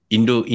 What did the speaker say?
Indo